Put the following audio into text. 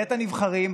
בית הנבחרים,